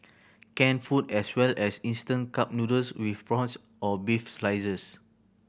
canned food as well as instant cup noodles with prawns or beef slices